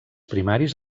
primaris